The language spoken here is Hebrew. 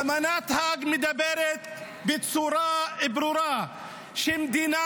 אמנת האג מדברת בצורה ברורה על כך שמדינה